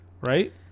Right